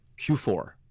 Q4